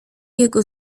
jego